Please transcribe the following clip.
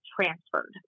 transferred